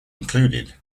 included